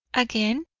again,